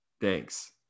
Thanks